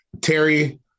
Terry